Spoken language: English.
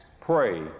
Pray